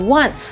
one